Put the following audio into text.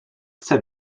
chce